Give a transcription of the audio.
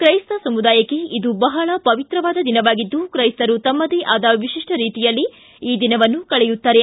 ಕ್ರೈಸ್ತ ಸಮುದಾಯಕ್ಕೆ ಇದು ಬಹಳ ಪವಿತ್ರವಾದ ದಿನವಾಗಿದ್ದು ಕ್ರೈಸ್ತರು ತಮ್ಮದೇ ಆದ ವಿಶಿಷ್ಠ ರೀತಿಯಲ್ಲಿ ಈ ದಿನವನ್ನು ಕಳೆಯುತ್ತಾರೆ